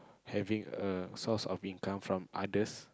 having a source of income from others